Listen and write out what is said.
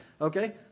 okay